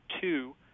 two